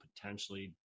potentially